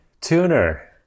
Tuner